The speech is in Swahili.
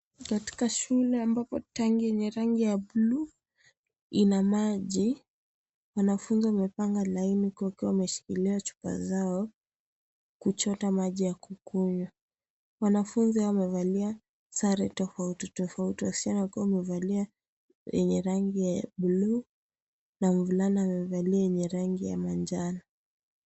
Katika shule ambapo tanki ya rangi ya buluu ina maji. Wanafunzi wamepanga laini wakiwa wameshikilia chupa zao kuchota maji ya kukunywa. Wanafunzi hao wamevalia sare tofauti tofauti, wasichana wakiwa wamevalia yenye rangi ya buluu na wavulana wamevalia yenye rangi ya manjano.